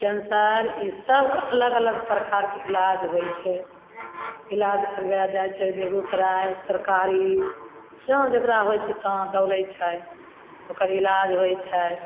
cancer ई सबके अलग अलग प्रकारके इलाज होइ छै इलाज करबय जाइ छै बेगूसराय सरकारी जहाँ जकरा होइ छै तहाँ दौड़य छै ओकर इलाज होइ छै